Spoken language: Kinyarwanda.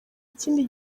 ikindi